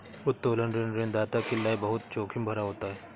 उत्तोलन ऋण ऋणदाता के लये बहुत जोखिम भरा होता है